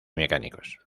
mecánicos